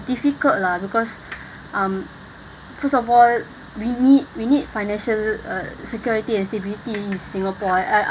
difficult lah because um first of all we need we need financial uh security and stability in singapore